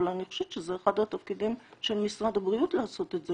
אבל אני חושבת שזה אחד התפקידים של משרד הבריאות לעשות את זה,